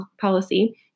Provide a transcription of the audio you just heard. policy